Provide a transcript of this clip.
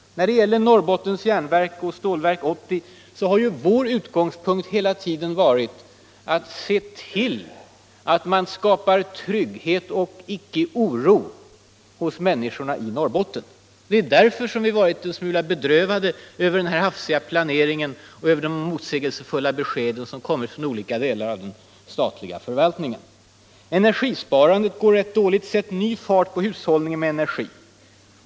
När det gäller Norrbottens Järnverk och Stålverk 80 har vår utgångspunkt hela tiden varit att se till att man skapar trygghet och icke oro hos människorna i Norrbotten. Det är därför som vi har varit en smula bedrövade över den hafsiga planering och över de motsägelsefulla besked, som kommit från olika delar av den statliga förvaltningen. Energisparandet går rätt dåligt. Sätt ny fart på hushållningen med energi!